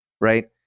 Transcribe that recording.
right